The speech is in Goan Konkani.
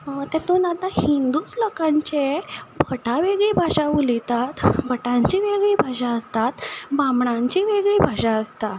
तेतून आतां हिंदूच लोकांचे भटां वेगळी भाशा उलयतात भटांची वेगळी भाशा आसतात बामणांची वेगळी भाशा आसता तितून आतां भटां वेगळीं उलयता